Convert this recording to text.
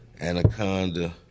Anaconda